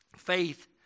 faith